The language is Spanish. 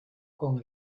con